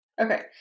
Okay